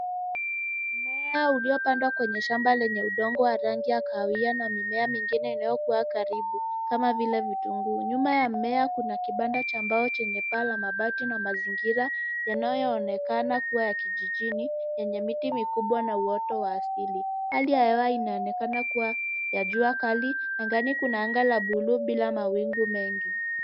Mmea uliopandwa kwenye shamba lenye udongo wa rangi ya kahawia na mimea mengine inayokuwa karibu kaka vile vitunguu. Nyuma ya mimea kuna kibanda cha mbao chenye paa la mabati na mazingira yanayoonekana kuwa ya kijijini yenye miti mikubwa na uoto wa asili. Hali ya hewa inaonekana kuwa ya jua kali. Angani kuna blue bila mawingu mengi.